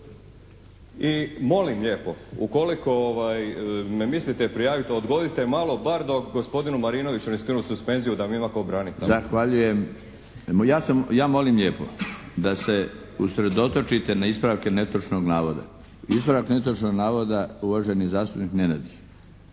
I molim lijepo ukoliko me mislite prijaviti, pa odgodite malo bar dok gospodinu Marinoviću ne skinu suspenziju da me ima tko braniti tamo. **Milinović, Darko (HDZ)** Zahvaljujem. Ja molim lijepo da se usredotočite na ispravke netočnog navoda. Ispravak netočnog navoda uvaženi zastupnik Nenadić.